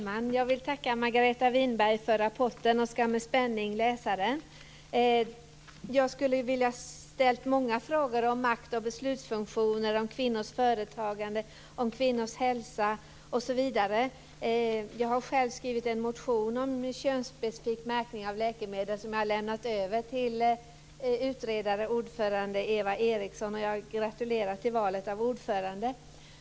Fru talman! Jag vill tacka Margareta Winberg för rapporten och ska med spänning läsa den. Jag skulle ha velat ställa många frågor om makt och beslutsfunktioner, om kvinnors företagande, om kvinnors hälsa, osv. Jag har själv skrivit en motion om könsspecifik märkning av läkemedel som jag har lämnat över till ordföranden i utredningen Eva Eriksson, och jag gratulerar till valet av ordförande.